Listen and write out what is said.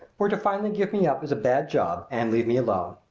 were to finally give me up as a bad job and leave me alone.